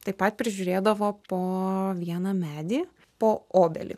taip pat prižiūrėdavo po vieną medį po obelį